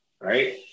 right